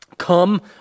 Come